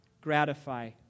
gratify